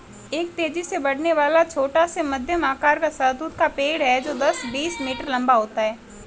एक तेजी से बढ़ने वाला, छोटा से मध्यम आकार का शहतूत का पेड़ है जो दस, बीस मीटर लंबा होता है